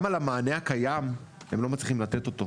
גם על המענה הקיים הם לא מצליחים לענות.